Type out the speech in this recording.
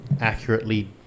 accurately